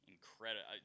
incredible